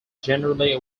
generally